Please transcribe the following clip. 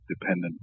dependent